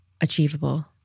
achievable